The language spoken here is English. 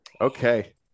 Okay